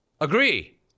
Agree